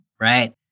Right